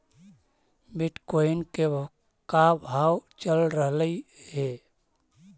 Bitcoin के का भाव चल रहलई हे?